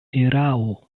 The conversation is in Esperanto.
erao